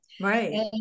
Right